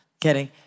Kidding